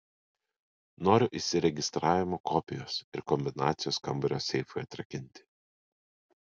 noriu įsiregistravimo kopijos ir kombinacijos kambario seifui atrakinti